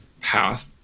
path